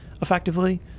effectively